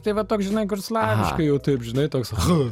tai va toks žinai kur slaviškai jau taip žinai toks hu